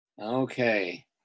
Okay